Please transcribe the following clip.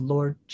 Lord